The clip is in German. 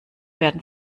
werden